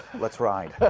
let's ride.